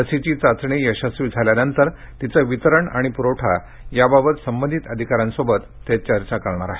लशीची चाचणी यशस्वी झाल्यानंतर तिचं वितरण आणि प्रवठा याबाबत संबंधित अधिकाऱ्यांशी ते चर्चा करणार आहेत